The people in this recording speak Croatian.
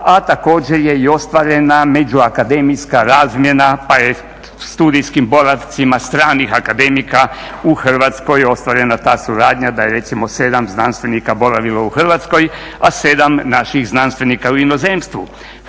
a također je i ostvarena među akademijska razmjena pa je studijskim boravcima stranih akademika u Hrvatskoj ostvarena ta suradnja da je recimo 7 znanstvenika boravilo u Hrvatskoj, a 7 naših znanstvenika u inozemstvu.